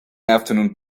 afternoon